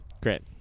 Great